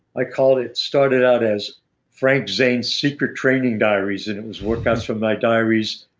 i called it started out as frank zane secret training diaries and it was workouts from my diaries.